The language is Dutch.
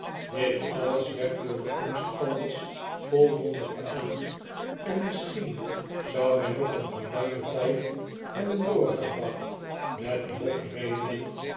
dit alles werd door de omstanders volmondig beaamd en misschien zou men nog een geruimen tijd hebben doorgebracht met lofredenen